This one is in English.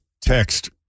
text